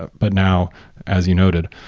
ah but now as you noted,